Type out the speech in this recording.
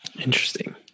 Interesting